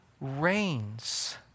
reigns